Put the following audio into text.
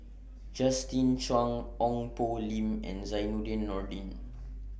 Justin Zhuang Ong Poh Lim and Zainudin Nordin